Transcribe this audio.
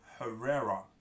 Herrera